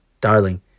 Darling